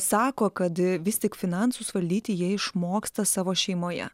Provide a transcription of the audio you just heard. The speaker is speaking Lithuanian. sako kad vis tik finansus valdyti jie išmoksta savo šeimoje